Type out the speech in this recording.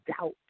doubt